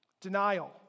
Denial